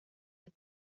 est